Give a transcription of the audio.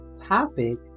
topic